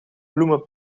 bloemen